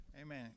amen